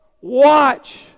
watch